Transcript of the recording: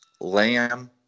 Lamb